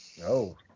No